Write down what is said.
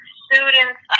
students